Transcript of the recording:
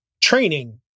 training